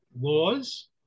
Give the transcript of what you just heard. laws